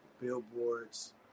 billboards